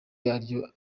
yaryo